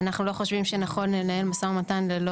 אנחנו לא חושבים שנכון לנהל משא ומתן ללא